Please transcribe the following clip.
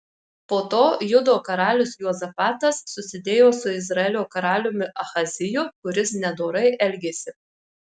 po to judo karalius juozapatas susidėjo su izraelio karaliumi ahaziju kuris nedorai elgėsi